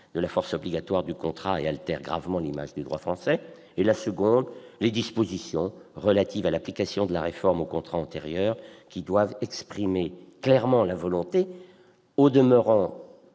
de la force obligatoire du contrat et altèrent gravement l'image du droit français. Ensuite, les dispositions relatives à l'application de la réforme aux contrats antérieurs, qui doivent exprimer clairement la volonté- au demeurant